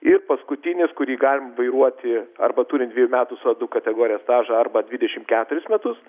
ir paskutinis kurį galime vairuoti arba turint dviejų metų su a du kategorija stažą arba dvidešimt keturis metus